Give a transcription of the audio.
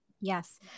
Yes